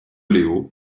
léo